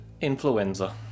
Influenza